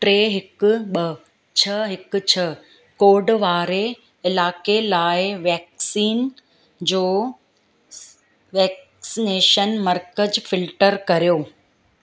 टे हिकु ॿ छह हिकु छह कोड वारे इलाइक़े लाइ वैक्सीन जो वैक्सीनेशन मर्कज़ फिल्टर कर्यो